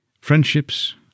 Friendships